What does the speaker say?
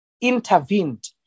intervened